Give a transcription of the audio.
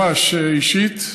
ממש אישית,